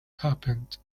happened